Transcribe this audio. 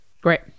Great